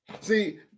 See